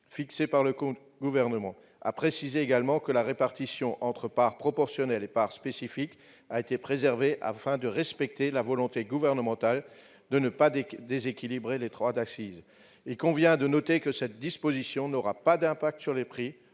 fixés par le Gouvernement. Je tiens également à préciser que la répartition entre part proportionnelle et part spécifique a été préservée afin de respecter la volonté gouvernementale de ne pas déséquilibrer les droits d'accise. Enfin, il convient de noter que cette disposition n'aura pas d'incidence sur les prix,